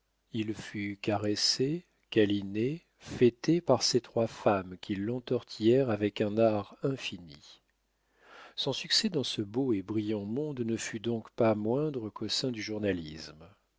il fut caressé câliné fêté par ces trois femmes qui l'entortillèrent avec un art infini son succès dans ce beau et brillant monde ne fut donc pas moindre qu'au sein du journalisme